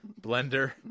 Blender